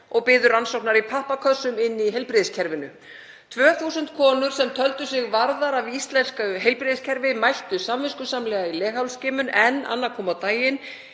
og biðu rannsóknar í pappakössum inni í heilbrigðiskerfinu. 2.000 konur sem töldu sig varðar af íslensku heilbrigðiskerfi mættu samviskusamlega í leghálsskimun en annað kom á daginn.